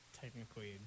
Technically